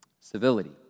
civility